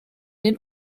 den